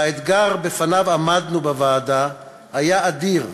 והאתגר שבפניו עמדנו בוועדה היה אדיר: